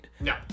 No